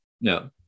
No